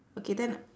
okay then